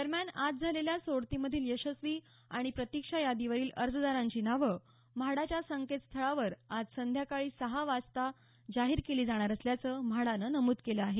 दरम्यान आज झालेल्या सोडतीमधील यशस्वी आणि प्रतीक्षा यादीवरील अर्जदारांची नावं म्हाडाच्या संकेतस्थळावर आज संध्याकाळी सहा वाजता जाहीर केली जाणार असल्याचं म्हाडानं नमुद केलं आहे